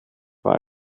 war